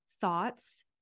thoughts